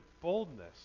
boldness